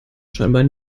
scheinbar